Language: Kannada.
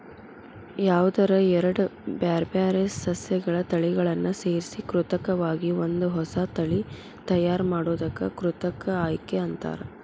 ಯಾವದರ ಎರಡ್ ಬ್ಯಾರ್ಬ್ಯಾರೇ ಸಸ್ಯಗಳ ತಳಿಗಳನ್ನ ಸೇರ್ಸಿ ಕೃತಕವಾಗಿ ಒಂದ ಹೊಸಾ ತಳಿ ತಯಾರ್ ಮಾಡೋದಕ್ಕ ಕೃತಕ ಆಯ್ಕೆ ಅಂತಾರ